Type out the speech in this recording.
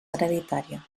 hereditària